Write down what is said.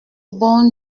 bon